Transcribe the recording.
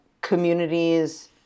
communities